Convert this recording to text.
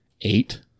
eight